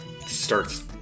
starts